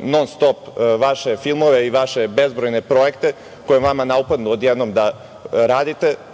non stop vaše filmove, i vaše bezbrojne projekte, koje vama upadnu odjednom da radite,